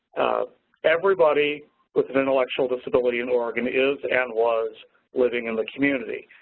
everybody with an intellectual disability in oregon is and was living in the community.